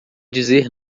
dizer